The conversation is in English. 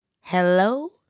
Hello